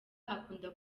akunda